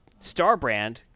Starbrand